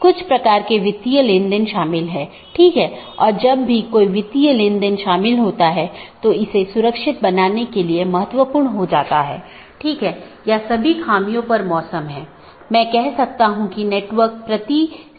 जैसे अगर मै कहूं कि पैकेट न 1 को ऑटॉनमस सिस्टम 6 8 9 10 या 6 8 9 12 और उसके बाद गंतव्य स्थान पर पहुँचना चाहिए तो यह ऑटॉनमस सिस्टम का एक क्रमिक सेट है